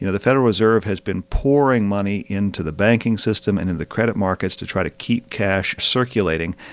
you know the federal reserve has been pouring money into the banking system and in the credit markets to try to keep cash circulating.